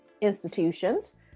institutions